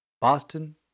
Boston